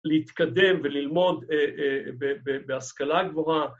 ‫להתקדם וללמוד בהשכלה גבוהה.